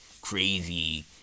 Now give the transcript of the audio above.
crazy